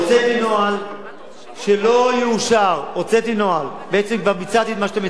נוהל, בעצם, כבר ביצעתי את מה שאתה מציע.